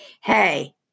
hey